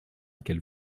qu’elle